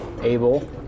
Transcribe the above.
Abel